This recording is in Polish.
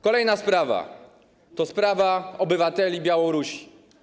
Kolejna sprawa to sprawa obywateli Białorusi.